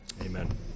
amen